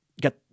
got